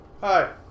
Hi